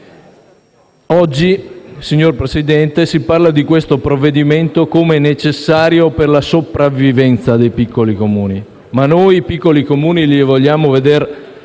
Oggi, signor Presidente, si parla di questo provvedimento come necessario per la sopravvivenza dei piccoli Comuni, ma noi non vogliamo vedere